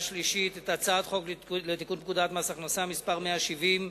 שלישית את הצעת חוק לתיקון פקודת מס הכנסה (מס' 170),